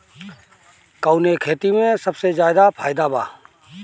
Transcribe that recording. कवने खेती में सबसे ज्यादा फायदा बा?